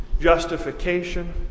justification